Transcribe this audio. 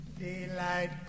Daylight